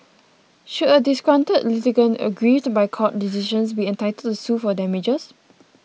should a disgruntled litigant aggrieved by court decisions be entitled to sue for damages